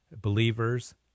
believers